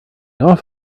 off